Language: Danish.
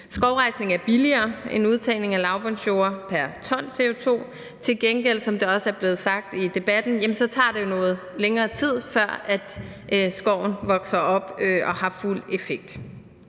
Skovrejsning er billigere end udtagning af lavbundsjorder pr. ton CO2. Til gengæld tager det jo, som det også er blevet sagt i debatten, noget længere tid, før skoven vokser op og har fuld effekt.